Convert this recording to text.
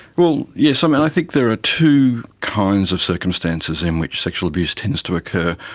well yes um and i think there are two kinds of circumstances in which sexual abuse tends to occur.